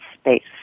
space